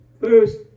first